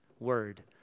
word